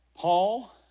Paul